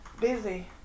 busy